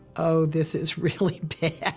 oh, this is really bad.